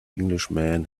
englishman